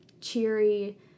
cheery